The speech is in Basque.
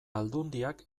aldundiak